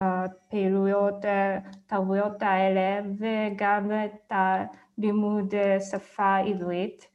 ה... פעילויות, אה... תרבויות האלה, וגם את ה... לימוד שפה עברית